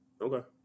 Okay